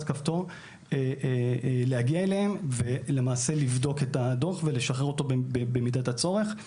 כפתור להגיע אליהם ולבדוק את הדוח ולשחרר אותו במידת הצורך.